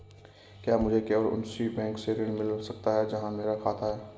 क्या मुझे केवल उसी बैंक से ऋण मिल सकता है जहां मेरा खाता है?